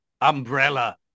umbrella